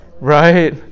right